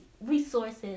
resources